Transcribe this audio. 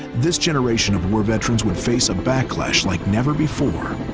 this generation of war veterans would face a backlash like never before.